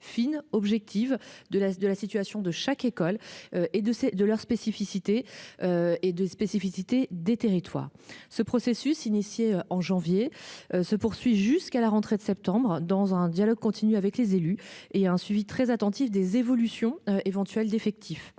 fine objective de la de la situation de chaque école et de ses de leur spécificité. Et de spécificité des territoires ce processus initié en janvier. Se poursuit jusqu'à la rentrée de septembre, dans un dialogue continu avec les élus et un suivi très attentif des évolutions éventuelles d'effectifs